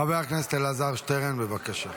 חבר הכנסת אלעזר שטרן, בבקשה.